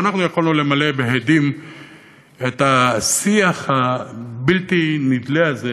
ואנחנו יכולנו למלא בהדים את השיח הבלתי-נדלה הזה,